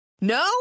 no